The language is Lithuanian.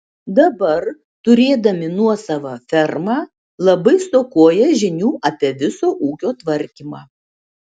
dabar turėdami nuosavą fermą labai stokoja žinių apie viso ūkio tvarkymą